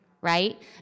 right